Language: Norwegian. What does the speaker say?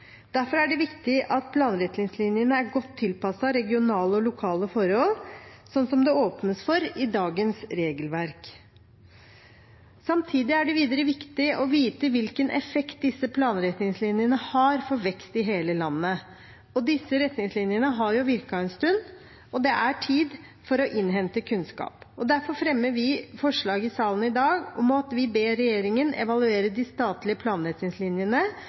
Derfor er det viktig at planretningslinjene er godt tilpasset regionale og lokale forhold, slik det åpnes for i dagens regelverk. Samtidig er det videre viktig å vite hvilken effekt disse planretningslinjene har for vekst i hele landet. Disse retningslinjene har jo virket en stund, og det er tid for å innhente kunnskap. Derfor fremmer vi forslag i salen i dag der vi ber regjeringen evaluere de statlige